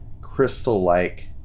crystal-like